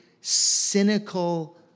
cynical